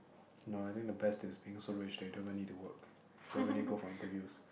no I think the best is being so rich that you don't even need to work don't even need go for interviews